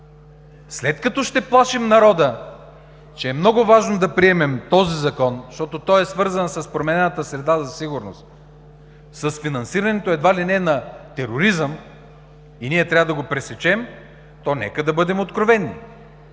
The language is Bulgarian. След като ще плашим народа, че е много важно да приемем този Закон, защото той е свързан с променената среда за сигурност, с финансирането едва ли не на тероризъм и ние трябва да го пресечем, то нека да бъдем откровени,